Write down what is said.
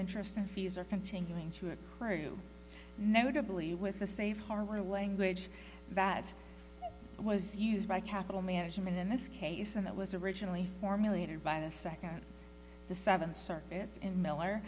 interest and fees are continuing to a notably with the safe harbor language that was used by capital management in this case and it was originally formulated by the second the seventh circuit in miller